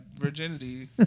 virginity